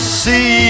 see